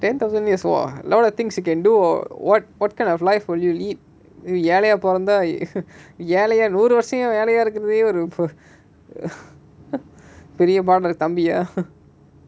ten thousand years a lot of things you can do or what what kind of life will you lead ஏழையா பொறந்தா ஏழையா இருக்குறதே ஒரு:elaiyaa poranthaa elaiyaa irukurathae oru